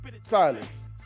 Silas